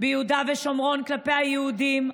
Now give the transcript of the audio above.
ביהודה ושומרון כלפי היהודים,